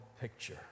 picture